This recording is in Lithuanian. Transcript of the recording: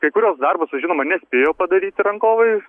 kai kuriuos darbus žinoma nespėjo padaryti rangovai